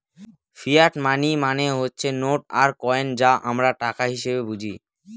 fiat money মানে হচ্ছে note আর কয়েন যা আমরা টাকা হিসেবে বুঝি